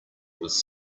was